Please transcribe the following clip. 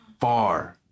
far